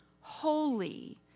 holy